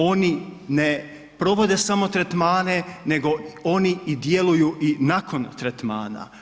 Oni ne provode samo tretmane nego oni i djeluju i nakon tretmana.